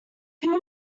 who